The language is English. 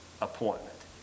appointment